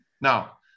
Now